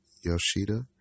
Yoshida